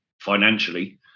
financially